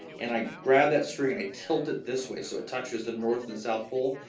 and i grab that string, i tilt it this way, so it touches the north and the south pole,